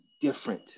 different